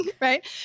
Right